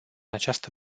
această